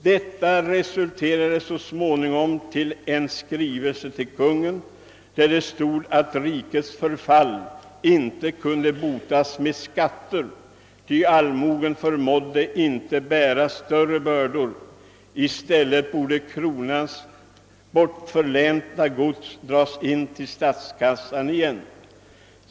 Detta resulterade så småningom i en skrivelse till kungen där det stod att rikets förfall inte kunde botas med skatter, ty allmogen förmådde inte bära större bördor. I stället borde kronans bortförlänta gods dras in till staten på nytt.